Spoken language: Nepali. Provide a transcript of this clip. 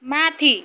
माथि